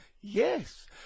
Yes